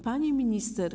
Pani Minister!